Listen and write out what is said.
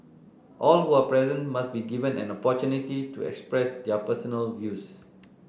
all who are present must be given an opportunity to express their personal views